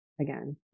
again